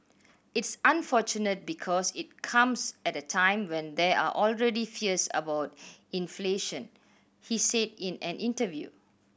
it's unfortunate because it comes at a time when there are already fears about inflation he said in an interview